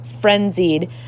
frenzied